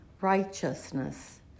righteousness